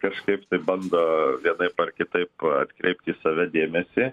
kažkaip tai bando vienaip ar kitaip atkreipti į save dėmesį